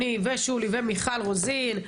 אני ושולי ומיכל רוזין,